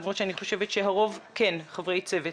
למרות שאני חושבת שהרוב כן חברי צוות.